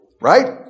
right